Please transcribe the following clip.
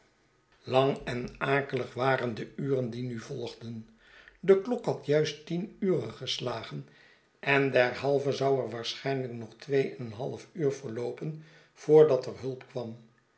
en akelig waren de uren die nu volgden de klok had juist tien ure geslagen en derhalve zou er waarschijnlijk nog twee en een half uur verloopen voordat er hulp kwam